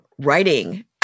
writing